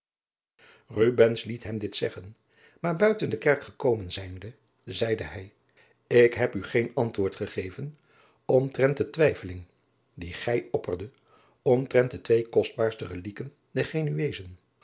liet hem dit zeggen maar buiten de kerk gekomen zijnde zeide hij ik heb u geen antwoord gegeven omtrent de twijfeling die gij opperde omtrent de twee kostbaarste reliquien der